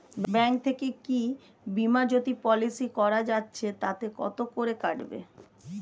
Bank থেকে কী Bima Jyoti policy করা যাচ্ছে তাতে কত করে কাটবে?